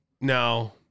no